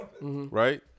Right